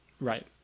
Right